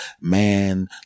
man